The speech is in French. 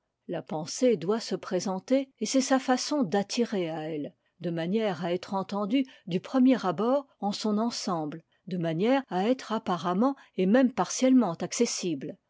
la pensée doit se présenter et c'est sa façon d'attirer à elle de manière à être entendue du premier abord en son ensemble de manière à être apparemment et même partiellement accessible